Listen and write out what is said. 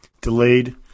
delayed